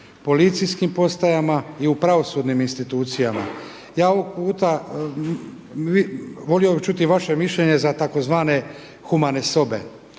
policijskim postajama i u pravosudnim institucijama. Ja ovog puta volio bih čuti i vaše mišljenje za tzv. humane sobe.